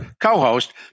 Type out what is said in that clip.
co-host